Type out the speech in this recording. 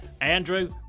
Andrew